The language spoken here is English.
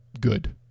good